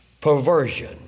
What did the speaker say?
perversion